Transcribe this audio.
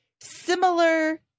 similar